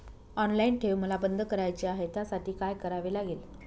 Online ठेव मला बंद करायची आहे, त्यासाठी काय करावे लागेल?